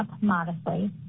modestly